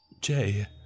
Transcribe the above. Jay